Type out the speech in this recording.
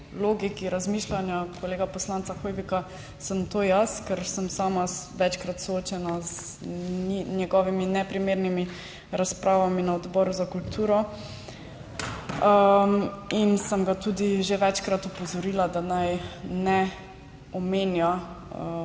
logiki razmišljanja kolega poslanca Hoivika, sem to jaz, ker sem sama večkrat soočena z njegovimi neprimernimi razpravami na Odboru za kulturo in sem ga tudi že večkrat opozorila, da naj ne omenja